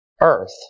earth